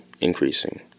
increasing